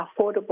affordable